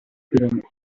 pyramids